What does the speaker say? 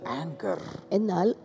anger